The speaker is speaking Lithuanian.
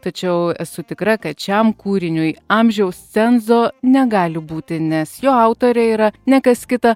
tačiau esu tikra kad šiam kūriniui amžiaus cenzo negali būti nes jo autorė yra ne kas kita